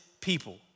people